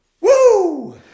Woo